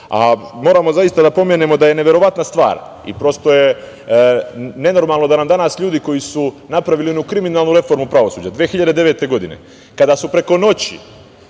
pravosuđa. Moramo da pomenemo da je neverovatna stvar i prosto je nenormalno da nam danas ljudi koji su napravili onu kriminalnu reformu pravosuđa 2009. godine, kada su preko noći